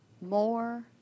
more